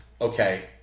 okay